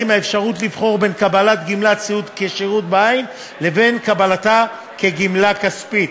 האפשרות לבחור בין קבלת גמלת סיעוד כשירות בעין לבין קבלתה כגמלה כספית.